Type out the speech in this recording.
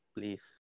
Please